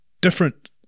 different